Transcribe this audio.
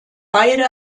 beide